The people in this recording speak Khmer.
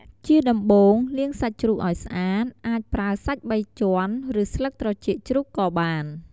ជាដំបូង លាងសាច់ជ្រូកឲ្យស្អាត អាចប្រើសាច់បីជាន់ ឬស្លឹកត្រចៀកជ្រូកក៏បាន។